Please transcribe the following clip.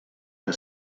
que